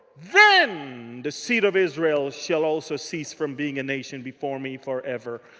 then the seed of israel shall also cease from being a nation before me forever.